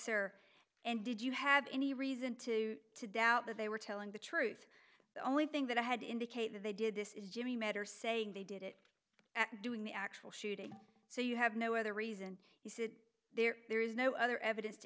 or and did you have any reason to to doubt that they were telling the truth the only thing that i had indicate that they did this is jimmy matter saying they did it doing the actual shooting so you have no other reason he said there there is no other evidence to